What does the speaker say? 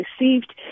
received